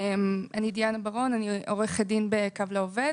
אני עורכת דין ב'קו לעובד',